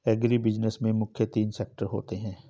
agribusiness में मुख्य तीन सेक्टर होते है